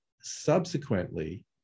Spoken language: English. subsequently